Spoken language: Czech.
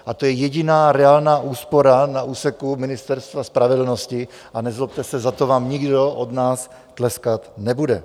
A to je jediná reálná úspora na úseku Ministerstva spravedlnosti, a nezlobte se, za to vám nikdo od nás tleskat nebude.